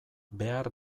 behar